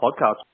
podcast